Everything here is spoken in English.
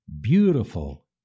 beautiful